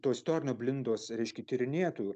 to istorinio blindos reiškia tyrinėtojų